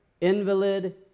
Invalid